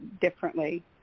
differently